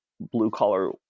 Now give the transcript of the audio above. blue-collar